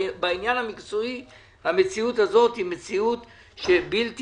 בעניין המקצועי המציאות הזאת היא מציאות בלתי